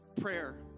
prayer